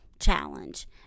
challenge